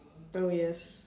oh yes